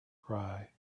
cry